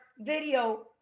video